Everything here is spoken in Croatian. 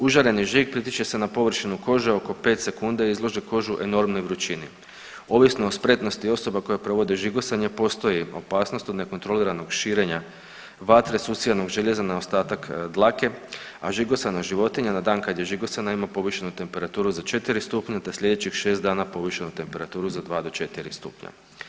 Užareni žig pritišće se na površinu kože oko 5 sekundi, a izlaže kožu enormnoj vrućini, ovisno o spretnosti osoba koje provode žigosanje postoji opasnost od nekontroliranog širenja vatre s usijanog željeza na ostatak dlake, a žigosana životinja na dan kad je žigosana ima povišenu temperaturu za 4 stupnja te sljedećih 6 dana povišenu temperaturu za 2 do 4 stupnja.